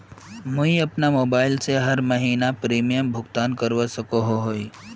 मुई अपना मोबाईल से हर महीनार प्रीमियम भुगतान करवा सकोहो ही?